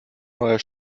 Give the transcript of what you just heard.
neuer